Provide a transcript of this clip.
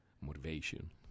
motivation